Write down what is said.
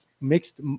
mixed